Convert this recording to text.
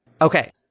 Okay